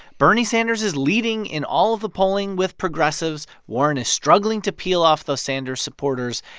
bernie sanders is leading in all of the polling with progressives. warren is struggling to peel off those sanders supporters.